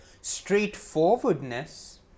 straightforwardness